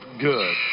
good